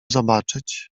zobaczyć